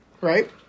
Right